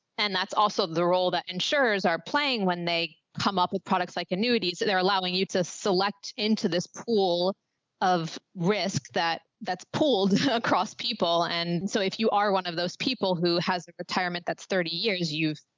and that's also the role that insurers are playing when they come up with products like annuities. they're allowing you to select into this pool of risk that that's pooled across people. and so if you are one of those people who has a retirement that's thirty years youth.